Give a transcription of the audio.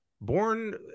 born